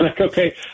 okay